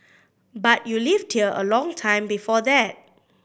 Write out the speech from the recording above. but you lived here a long time before that